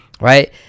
right